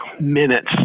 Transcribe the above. minutes